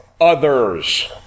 Others